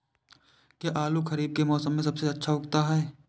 क्या आलू खरीफ के मौसम में सबसे अच्छा उगता है?